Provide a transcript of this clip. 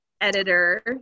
editor